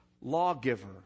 lawgiver